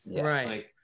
Right